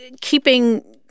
keeping